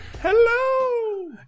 Hello